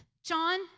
John